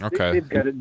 okay